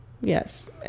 Yes